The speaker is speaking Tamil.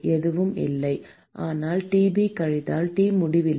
எதுவும் இல்லை ஆனால் Tb கழித்தல் T முடிவிலி